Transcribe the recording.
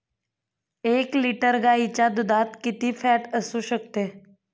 एक लिटर गाईच्या दुधात किती फॅट असू शकते?